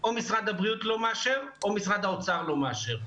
או משרד הבריאות לא מאשר או משרד האוצר לא מאשר.